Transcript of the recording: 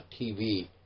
TV